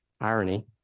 irony